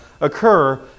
occur